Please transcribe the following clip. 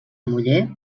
muller